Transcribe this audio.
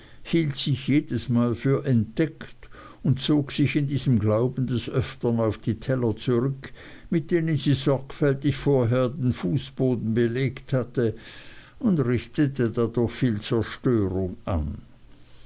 hielt sich jedesmal für entdeckt und zog sich in diesem glauben des öftern auf die teller zurück mit denen sie sorgfältig vorher den fußboden belegt hatte und richtete dadurch viel zerstörung an